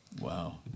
Wow